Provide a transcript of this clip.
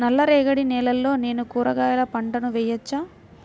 నల్ల రేగడి నేలలో నేను కూరగాయల పంటను వేయచ్చా?